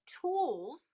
tools